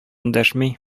эндәшми